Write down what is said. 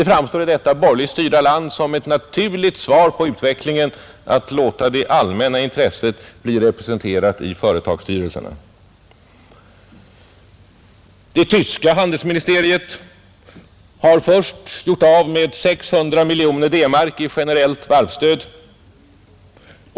I detta borgerligt styrda land framstår det som ett naturligt svar på utvecklingen att låta det allmänna intresset bli representerat i företagsstyrelserna. Det tyska handelsministeriet har först gjort av med 600 miljoner D-mark i generellt varvsstöd.